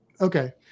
Okay